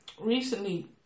recently